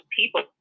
people